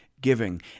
giving